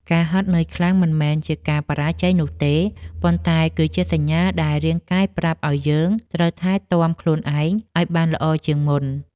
ការហត់នឿយខ្លាំង មិនមែនជាការបរាជ័យនោះទេ ប៉ុន្តែវាគឺជាសញ្ញាដែលរាងកាយប្រាប់ឱ្យយើងត្រូវថែទាំខ្លួនឯងឱ្យបានល្អជាងមុន។